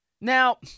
Now